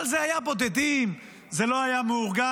אבל אלה היו בודדים, זה לא היה מאורגן.